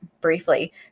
briefly